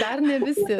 dar ne visi